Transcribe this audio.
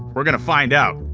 we're going to find out.